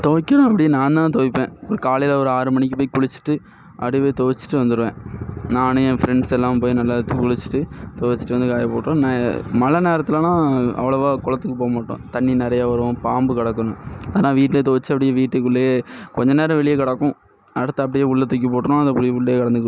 துவைக்கணும் அப்படி நான்தான் துவைப்பேன் ஒரு காலையில் ஒரு ஆறு மணிக்கு போய் குளிச்சுட்டு அப்படியே போய் துவச்சிட்டு வந்துடுவேன் நான் என் ஃப்ரெண்ட்ஸ் எல்லாம் போய் நல்ல குளி குளிச்சுட்டு துவச்சிட்டு வந்து காயப்போட்டிருவோம் ந மழை நேரத்தெல்லாம் அவ்வளோவா குளத்துக்கு போக மாட்டோம் தண்ணி நிறையா வரும் பாம்பு கிடக்குன்னு அதனால் வீட்லேயே துவச்சி அப்படியே வீட்டுக் குள்ளேயே கொஞ்சம் நேரம் வெளியே கிடக்கும் அடுத்து அப்படியே உள்ள தூக்கி போட்டிருவோம் அது அப்படியே உள்ளேயே கிடந்துக்கிடும்